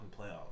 playoffs